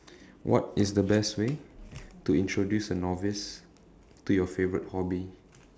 what is the best way to introduce a novice to your favourite hobby